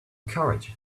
courage